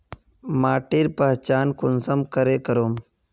माटिर पहचान कुंसम करे करूम?